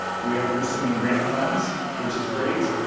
we are pursuing grant funds, which is great.